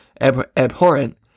abhorrent